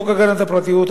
חוק הגנת הפרטיות,